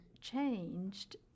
changed